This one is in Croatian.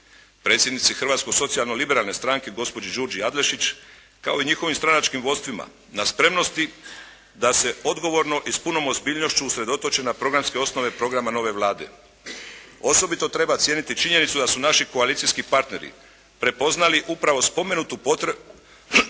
predsjednici Hrvatske socijalno-liberalne stranke gospođi Đurđi Adlešić kao i njihovim stranačkim vodstvima na spremnosti da se odgovornosti i s punom ozbiljnošću usredotoče na programske osnove programa nove Vlade. Osobito treba cijeniti činjenicu da su naši koalicijski partneri prepoznali upravo spomenutu potrebu